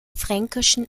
fränkischen